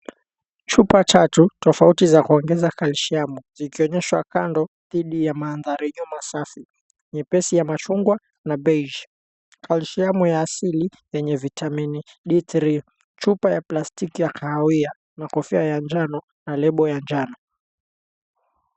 Chupa tatu tofauti za kuongeza kalisiamu, zikionyeshwa kando dhidi ya mandharinyuma safi, nyepesi ya machungwa na beige . Kalisiamu ya asili yenye vitamini d3. Chupa ya plastiki ya kahawia na kofia ya njano na lebo ya njano.